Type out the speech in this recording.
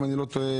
אם אני לא טועה,